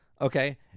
okay